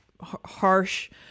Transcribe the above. harsh